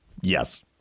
Yes